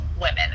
women